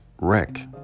wreck